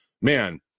Man